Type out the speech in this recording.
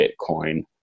Bitcoin